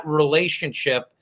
relationship